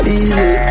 easy